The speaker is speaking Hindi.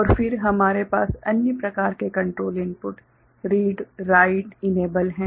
और फिर हमारे पास अन्य प्रकार के control input read write enable हैं